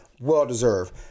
Well-deserved